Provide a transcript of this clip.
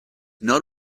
not